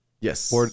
Yes